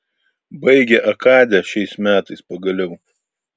baigė akadę šiais metais pagaliau